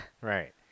Right